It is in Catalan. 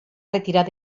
retirar